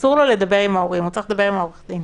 אסור לו לדבר עם ההורים הוא צריך לדבר עם העורך דין.